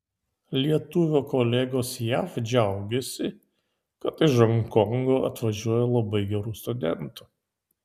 lietuvio kolegos jav džiaugiasi kad iš honkongo atvažiuoja labai gerų studentų